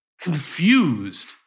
confused